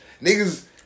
niggas